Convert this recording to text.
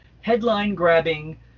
headline-grabbing